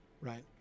right